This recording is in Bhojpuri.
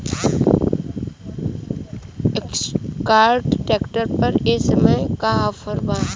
एस्कार्ट ट्रैक्टर पर ए समय का ऑफ़र बा?